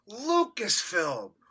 Lucasfilm